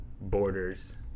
borders